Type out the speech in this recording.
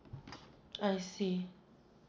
I see